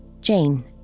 Jane